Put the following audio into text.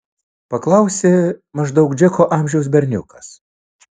paklausė maždaug džeko amžiaus berniukas